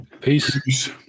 Peace